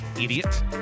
Idiot